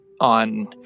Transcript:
on